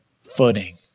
footing